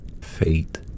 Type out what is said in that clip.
Fate